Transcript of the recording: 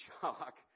shock